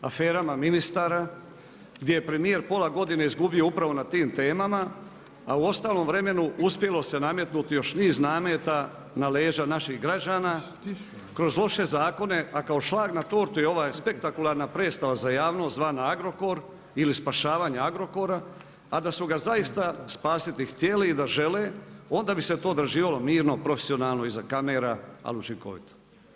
Aferama ministara gdje je premijer pola godine izgubio upravo na tim temama a u ostalom vremenu uspjelo se nametnuti još niz nameta na leđa naših građana kroz loše zakone a kao šlag na tortu je ova spektakularna predstava za javnost zvana Agrokor ili spašavanje Agrokora a da su ga zaista spasiti htjeli i da žele, onda bi se to odrađivalo mirno, profesionalno, iza kamera, ali učinkovito.